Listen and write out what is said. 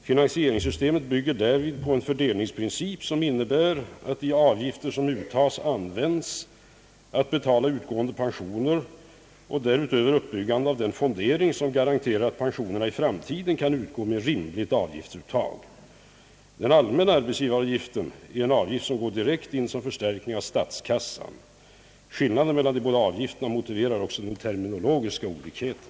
Finansieringssystemet bygger härvid på en fördelningsprincip som innebär att de avgifter som uttas används att betala utgående pensioner samt uppbyggandet av den fondering som garanterar, att pensionerna i framtiden kan utgå med rimligt avgiftsuttag. Den allmänna arbetsgivaravgiften är en avgift som går direkt in som en förstärkning av statskassan. Skillnaden mellan de båda avgifterna motiverar också den terminologiska olikheten.